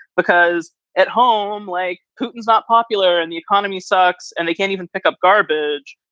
because at home, like putin's not popular and the economy sucks and they can't even pick up garbage.